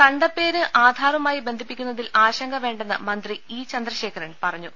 തണ്ടപ്പേര് ആധാറുമായി ബന്ധിപ്പിക്കൂന്നതിൽ ആശങ്ക വേണ്ടെന്ന് മന്ത്രി ഇ ചന്ദ്രശേഖരൻ പറഞ്ഞു